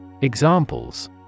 Examples